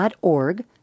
org